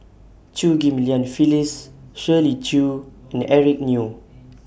Chew Ghim Lian Phyllis Shirley Chew and Eric Neo